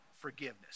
forgiveness